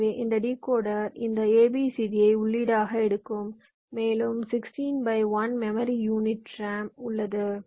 எனவே இந்த டிகோடர் இந்த A B C D ஐ உள்ளீடுகளாக எடுக்கும் மேலும் 16 by 1 மெமரி யூனிட் ரேம் உள்ளது